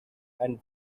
and